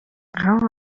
aho